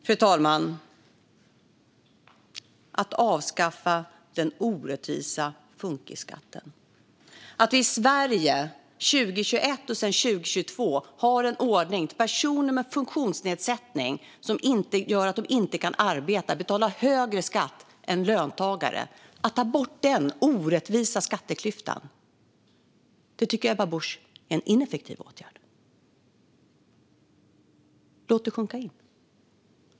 Fru talman! Att ta bort den orättvisa skatteklyftan som innebär att vi i Sverige 2021 och 2022 har en ordning där personer med funktionsnedsättning som gör att de inte kan arbeta betalar högre skatt än löntagare tycker Ebba Busch är en ineffektiv åtgärd. Låt det sjunka in.